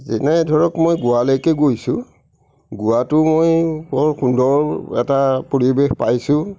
যেনে ধৰক মই গোৱালৈকে গৈছোঁ গোৱাতো মই বৰ সুন্দৰ এটা পৰিৱেশ পাইছোঁ